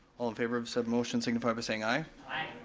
all in favor of said motion, signify by saying aye. aye.